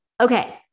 Okay